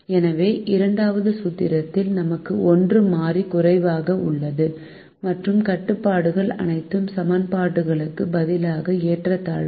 எனவே இரண்டாவது சூத்திரத்தில் நமக்கு 1 மாறி குறைவாக உள்ளது மற்றும் கட்டுப்பாடுகள் அனைத்தும் சமன்பாடுகளுக்கு பதிலாக ஏற்றத்தாழ்வுகள்